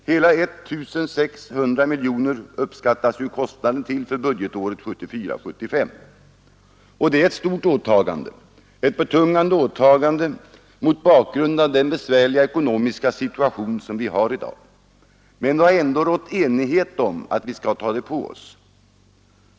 Kostnaden för budgetåret 1974/75 uppskattas till hela 1 600 miljoner kronor, och det är ett stort och betungande åtagande mot bakgrund av den besvärliga ekonomiska situation vi befinner oss i i dag. Men det har ändå rått enighet om att vi skall ta på oss den kostnaden.